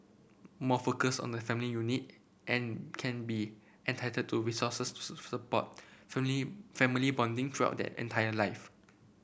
more focus on the family unit and can be entitled to resources to support family bonding throughout their entire life